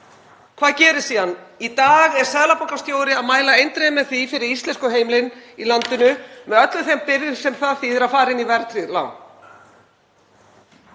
Hvað gerist síðan? Í dag er seðlabankastjóri að mæla eindregið með því fyrir heimilin í landinu, með öllum þeim byrðum sem það þýðir, að fara inn í verðtryggð lán.